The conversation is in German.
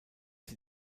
sie